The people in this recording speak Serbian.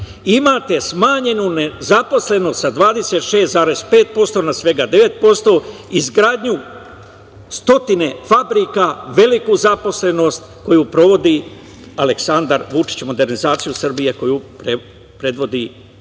imamo smanjenu nezaposlenost sa 26,5% na svega 9%, izgradnju stotine fabrika, veliku zaposlenost koju sprovodi Aleksandar Vučić, modernizaciju Srbije koju predvodi